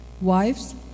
wives